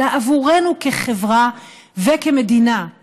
אלא עבורנו כחברה וכמדינה,